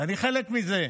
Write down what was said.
אני חלק מזה.